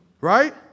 right